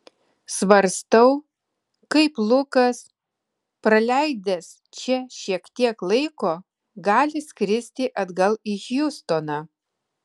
svarstau kaip lukas praleidęs čia šiek tiek laiko gali skristi atgal į hjustoną